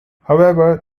however